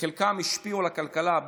שבחלקן השפיעו על הכלכלה,